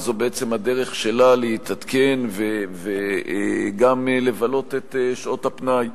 וזו בעצם הדרך שלה להתעדכן וגם לבלות את שעות הפנאי.